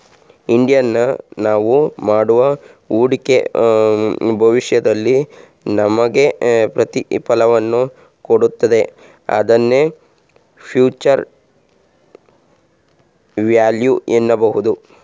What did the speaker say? Indian ನಾವು ಮಾಡುವ ಹೂಡಿಕೆ ಭವಿಷ್ಯದಲ್ಲಿ ನಮಗೆ ಪ್ರತಿಫಲವನ್ನು ಕೊಡುತ್ತದೆ ಇದನ್ನೇ ಫ್ಯೂಚರ್ ವ್ಯಾಲ್ಯೂ ಎನ್ನಬಹುದು